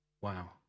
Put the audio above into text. Wow